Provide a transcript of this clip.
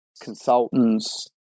consultants